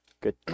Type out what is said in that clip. good